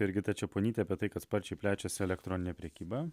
jurgita čeponytė apie tai kad sparčiai plečiasi elektroninė prekyba